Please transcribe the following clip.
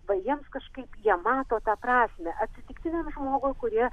va jiems kažkaip jie mato tą prasmę atsitiktiniam žmogui kurie